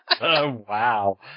Wow